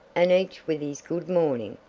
and each with his good morning!